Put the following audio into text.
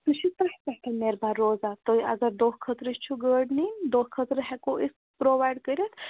سُہ چھُ تۄہہِ پٮ۪ٹھ نِربَر روزان تُہۍ اگر دۄہ خٲطرٕ چھُو گٲڑۍ نِنۍ دۄہ خٲطرٕ ہٮ۪کو أسۍ پرٛوٚوایِڈ کٔرِتھ